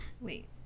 wait